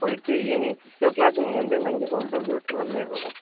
போயிட்டு evening six o'clock நீங்கள் வந்து என்னை இங்கே கொண்டு வந்து விட்டுரமாறியிருக்கும்